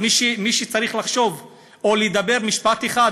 מי שצריך לחשוב או לדבר משפט אחד,